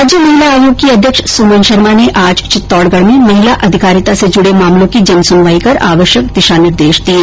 राज्य महिला आयोग की अध्यक्ष सुमन शर्मा ने आज चित्तौडगढ में महिला अधिकारिता से जुडे मामलों की जन सुनवाई कर आवश्यक दिशा निर्देश दिये